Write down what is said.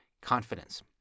confidence